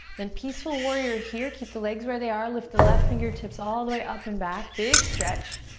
then peaceful warrior here. keep the legs where they are. lift the left fingertips all the way up and back. big stretch.